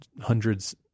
hundreds